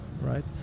right